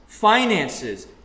Finances